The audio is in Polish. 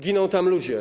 Giną tam ludzie.